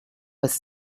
was